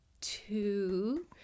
two